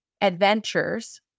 adventures